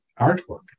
artwork